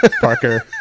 Parker